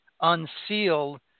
unsealed